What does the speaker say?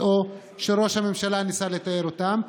או איך שראש הממשלה ניסה לתאר אותן.